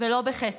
ולא בחסד,